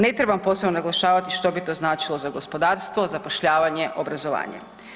Ne trebam posebno naglašavati što bi to značilo za gospodarstvo, zapošljavanje, obrazovanje.